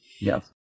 yes